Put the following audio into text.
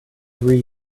three